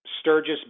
Sturgis